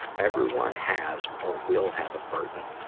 everyone has or will have a burden.